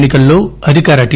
ఎన్ని కల్లో అధికార టి